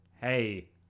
hey